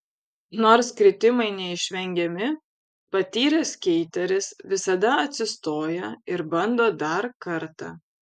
nors kritimai neišvengiami patyręs skeiteris visada atsistoja ir bando dar kartą